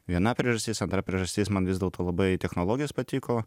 viena priežastis antra priežastis man vis dėlto labai technologijos patiko